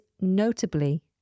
notably